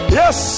yes